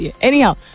Anyhow